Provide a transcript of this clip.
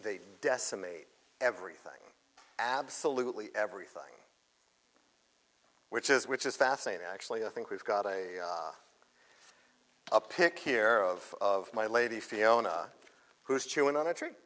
they decimate everything absolutely everything which is which is fascinating actually i think we've got a pic here of my lady fiona who's chewing on a tree